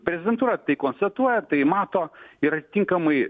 prezidentūra tai konstatuoja tai mato ir atitinkamai